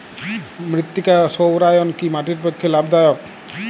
মৃত্তিকা সৌরায়ন কি মাটির পক্ষে লাভদায়ক?